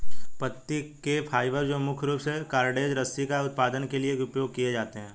पत्ती के फाइबर जो मुख्य रूप से कॉर्डेज रस्सी का उत्पादन के लिए उपयोग किए जाते हैं